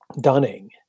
Dunning